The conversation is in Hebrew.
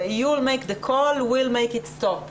you make the call we'll make it stop,